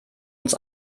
ins